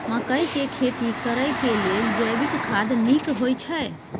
मकई के खेती करेक लेल जैविक खाद नीक होयछै?